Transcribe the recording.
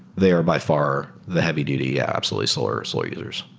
they are by far the heavy duty. yeah, absolutely, solar solar users.